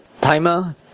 timer